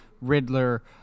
Riddler